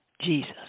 Jesus